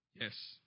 yes